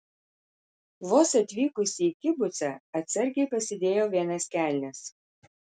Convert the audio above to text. vos atvykusi į kibucą atsargai pasidėjau vienas kelnes